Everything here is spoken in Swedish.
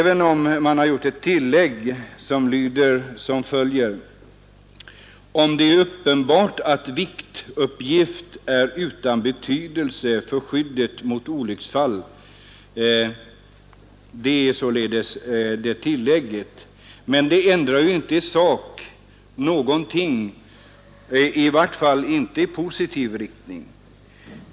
Den senare delen av tillägget, ”om det är uppenbart att viktuppgift är utan betydelse för skyddet mot olycksfall” ändrar inte något i sak, i varje fall inte i positiv riktning.